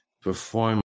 perform